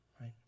Right